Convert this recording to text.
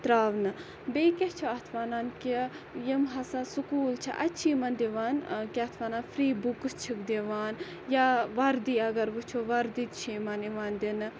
تراونہٕ بییٚہِ کیاہ چھِ اَتھ وَنان کہِ یِم ہَسا سُکوٗل چھِ اَتہِ چھِ یِمَن دِوان کیاہ اَتھ وَنان فری بُکٕس چھِکھ دِوان یا وَردی اَگَر وٕچھو وَردی چھِ یِمَن یِوان دِنہٕ